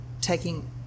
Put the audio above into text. taking